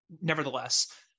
nevertheless